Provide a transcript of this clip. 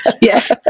yes